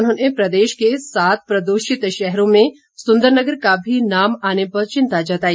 उन्होंने प्रदेश के सात प्रदूषित शहरों में सुंदनगर का भी नाम आने पर चिंता जताई